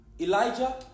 Elijah